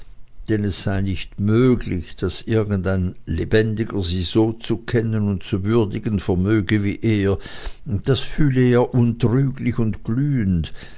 es sei nicht möglich daß irgendein lebendiger sie so zu kennen und zu würdigen vermöge wie er das fühle er untrüglich und glühend